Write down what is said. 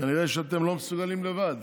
כנראה שאתם לא מסוגלים לבד.